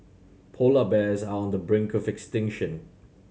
polar bears are on the brink of extinction